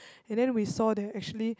and then we saw there are actually